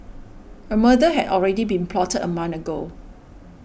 a murder had already been plotted a month ago